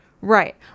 Right